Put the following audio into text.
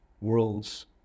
world's